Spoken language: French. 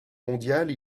mondiale